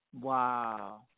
Wow